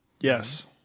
Yes